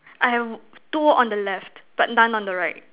I have two on the left but none on the right